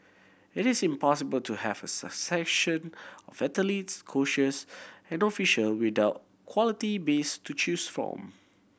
it is impossible to have a succession athletes coaches and official without quality base to choose from